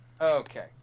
Okay